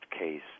case